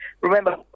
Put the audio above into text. Remember